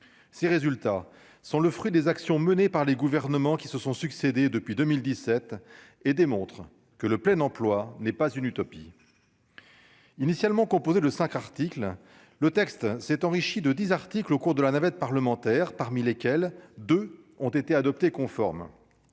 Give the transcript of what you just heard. ces résultats sont le fruit des actions menées par les gouvernements qui se sont succédé depuis 2017 et démontre que le plein emploi n'est pas une utopie, initialement composé de 5 articles, le texte s'est enrichi de 10 articles au cours de la navette parlementaire, parmi lesquels 2 ont été adoptés conformes